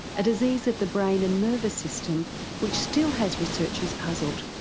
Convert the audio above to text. a disease of the brain and nervous system which still has researchers puzzled.